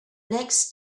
next